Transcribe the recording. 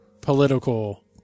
political